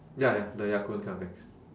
ya ya the Ya Kun kind of eggs